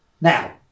Now